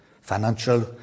financial